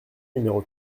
numéro